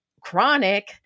Chronic